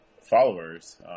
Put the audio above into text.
followers